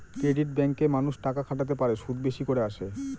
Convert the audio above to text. credit ব্যাঙ্কে মানুষ টাকা খাটাতে পারে, সুদ বেশি করে আসে